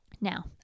Now